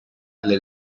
alle